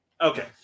Okay